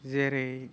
जेरै